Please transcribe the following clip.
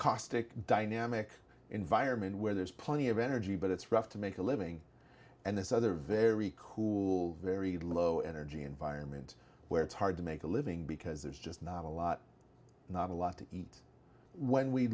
caustic dynamic environment where there's plenty of energy but it's rough to make a living and this other very cool very low energy environment where it's hard to make a living because there's just not a lot not a lot to eat when we